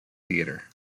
theatre